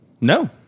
No